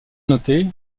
noter